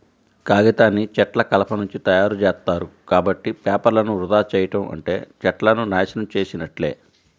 కాగితాన్ని చెట్ల కలపనుంచి తయ్యారుజేత్తారు, కాబట్టి పేపర్లను వృధా చెయ్యడం అంటే చెట్లను నాశనం చేసున్నట్లే